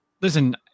listen